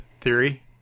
theory